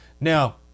Now